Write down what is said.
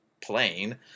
plane